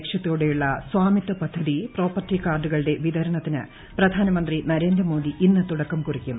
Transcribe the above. ലക്ഷൃത്തോടെയുള്ള സ്വാമിത്വപദ്ധതി പ്രോപ്പർട്ടി കാർഡുകളുടെ വിതരണത്തിന് പ്രധാനമന്ത്രി നരേന്ദ്ര മോദി ഇന്ന് തുടക്കം കുറിക്കും